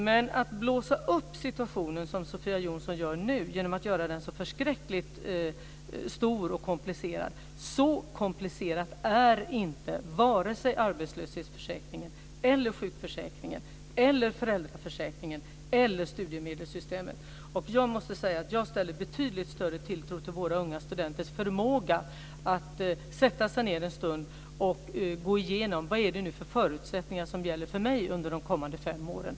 Sofia Jonsson blåser upp situationen genom att göra den förskräckligt stor och komplicerad. Så komplicerad är inte vare sig arbetslöshetsförsäkringen, sjukförsäkringen, föräldraförsäkringen eller studiemedelssystemet. Jag måste säga att jag sätter betydligt större tilltro till våra unga studenters förmåga att gå igenom vad det är för förutsättningar som gäller för dem de kommande fem åren.